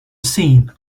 scene